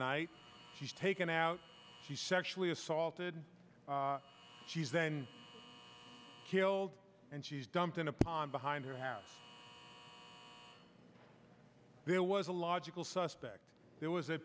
night he's taken out he's sexually assaulted she's then killed and she's dumped in a pond behind her house there was a logical suspect there was a